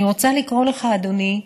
אני רוצה לקרוא לך, אדוני.